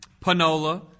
Panola